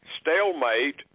Stalemate